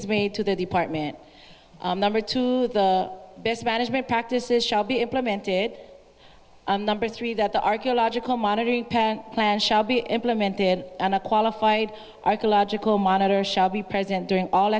is made to the department number two the best management practices shall be implemented number three that the archaeological monitoring plan shall be implemented on a qualified archaeological monitor shall be present during all